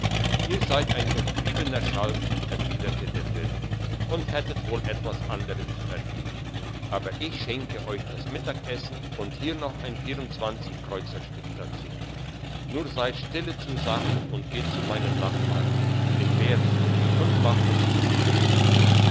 ihr seid ein durchtriebener schalk erwiderte der wirt und hättet wohl etwas anderes verdient aber ich schenke euch das mittagessen und hier noch ein vierundzwanzigkreuzerstück dazu nur seid stille zur sache und geht zu meinem nachbarn dem bärenwirt und macht es ihm ebenso